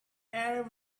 air